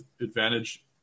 advantage